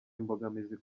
imbogamizi